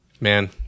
Man